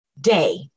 day